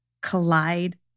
collide